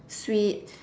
sweet